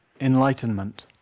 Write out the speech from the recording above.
enlightenment